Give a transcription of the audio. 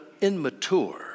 immature